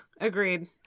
agreed